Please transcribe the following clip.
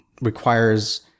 requires